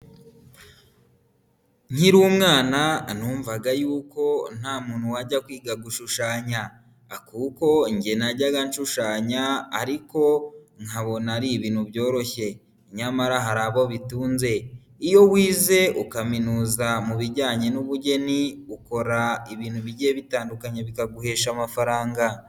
Nkiri umwana numvaga yuko nta muntu wajya kwiga gushushanya kuko njye najyaga nshushanya ariko nkabona ari ibintu byoroshye, nyamara hari abo bitunze. Iyo wize ukaminuza mu bijyanye n'ubugeni, ukora ibintu bigiye bitandukanye bikaguhesha amafaranga.